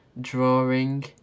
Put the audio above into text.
drawing